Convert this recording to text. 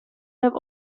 have